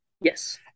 yes